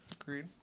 Agreed